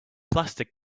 plastic